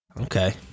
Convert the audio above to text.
Okay